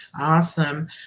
awesome